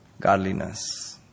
godliness